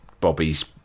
Bobby's